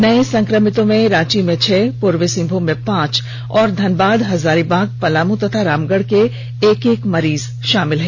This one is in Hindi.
नए संक्रमितों में रांची के छह पूर्वी सिंहभूम के पांच और धनबाद हजारीबाग पलामू और रामगढ़ के एक एक मरीज शामिल हैं